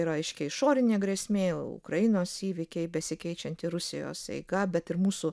yra aiškiai išorinė grėsmė ukrainos įvykiai besikeičianti rusijos eiga bet ir mūsų